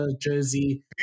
jersey